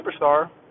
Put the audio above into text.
superstar